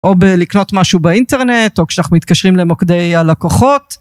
או בלקנות משהו באינטרנט, או כשאנחנו מתקשרים למוקדי הלקוחות.